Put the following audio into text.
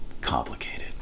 complicated